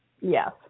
Yes